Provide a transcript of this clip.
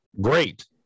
great